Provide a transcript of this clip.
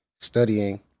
studying